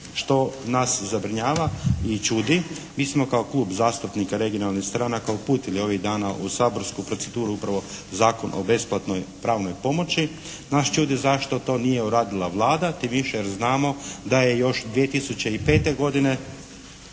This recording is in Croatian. što nas zabrinjava i čudi. Mi smo kao Klub zastupnika regionalnih stranaka uputili ovih dana u saborsku proceduru upravo zakon o besplatnoj pravnoj pomoći. Nas čudi zašto to nije uradila Vlada tim više jer znamo da je još 2005. godine